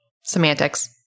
semantics